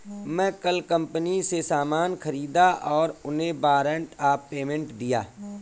मैं कल कंपनी से सामान ख़रीदा और उन्हें वारंट ऑफ़ पेमेंट दिया